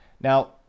Now